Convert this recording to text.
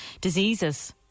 diseases